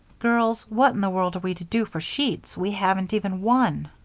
girls, what in the world are we to do for sheets? we haven't even one.